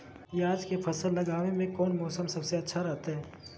प्याज के फसल लगावे में कौन मौसम सबसे अच्छा रहतय?